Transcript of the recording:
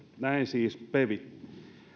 näin siis pevi